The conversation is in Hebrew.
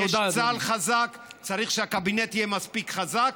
יש צה"ל חזק, וצריך שהקבינט יהיה מספיק חזק.